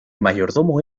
mayordomo